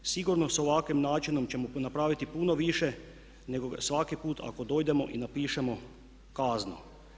Sigurno s ovakvim načinom ćemo napraviti puno više nego svaki put ako dođemo i napišemo kaznu.